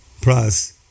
plus